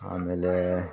ಆಮೇಲೆ